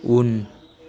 उन